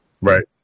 Right